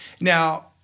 Now